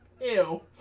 Ew